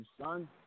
son